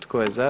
Tko je za?